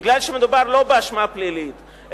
מכיוון שמדובר לא באשמה פלילית,